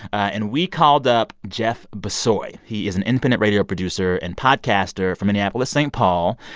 and we called up jeff bissoy. he is an independent radio producer and podcaster from minneapolis-saint paul.